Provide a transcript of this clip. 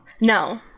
No